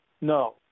No